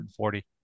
140